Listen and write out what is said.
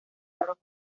rojos